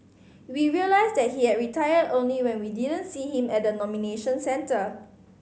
we realised that he had retired only when we didn't see him at the nomination centre